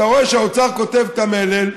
אתה רואה שהאוצר כותב את המלל,